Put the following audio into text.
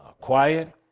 quiet